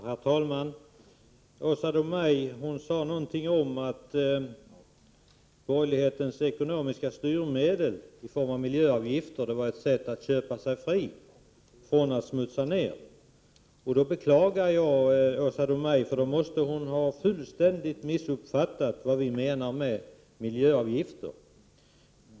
Herr talman! Åsa Domeij sade någonting om att borgerlighetens ekonomiska styrmedel i form av miljöavgifter är ett sätt att köpa sig fri när det gäller nedsmutsning. Jag beklagar Åsa Domeij — hon måste ha fullständigt missuppfattat vad vi menar med miljöavgifter.